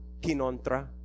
kinontra